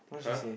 !huh!